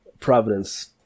Providence